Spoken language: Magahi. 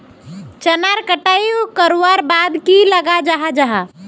चनार कटाई करवार बाद की लगा जाहा जाहा?